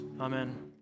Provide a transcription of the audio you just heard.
Amen